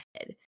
head